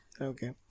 Okay